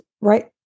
right